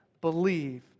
believe